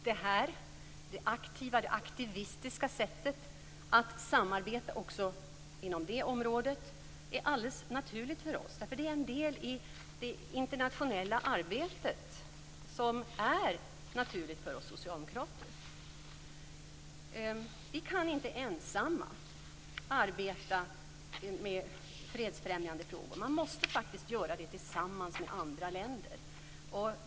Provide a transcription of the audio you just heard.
Det här aktivistiska sättet att samarbeta också inom det området är helt naturligt för oss. Det är en del i det internationella arbetet, och det är naturligt för oss socialdemokrater. Vi kan inte arbeta ensamma med fredsfrämjande frågor, utan vi måste göra det tillsammans med andra länder.